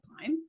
time